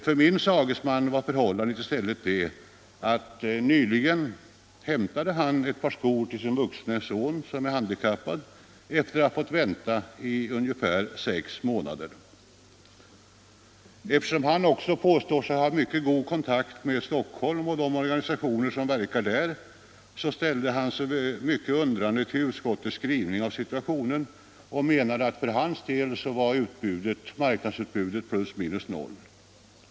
För min sagesman var förhållandet i stället det, att han nyligen hämtat ett par skor till sin vuxne son — som är handikappad — efter att ha fått vänta på leverans i ungefär sex månader. Eftersom han påstår sig ha mycket god kontakt med Stockholm och de organisationer som verkar där ställde han sig synnerligen undrande till utskottets beskrivning av situationen och menade, att för hans sons del var marknadsutbudet plus minus noll.